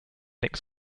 nix